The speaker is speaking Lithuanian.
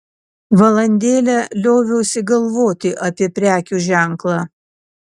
valandėlę lioviausi galvoti apie prekių ženklą